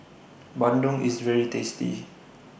Bandung IS very tasty